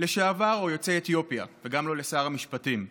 לשעבר או ליוצאי אתיופיה, גם לא לשר המשפטים.